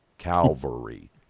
Calvary